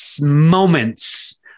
moments